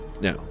Now